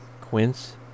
Quince